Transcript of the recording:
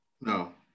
no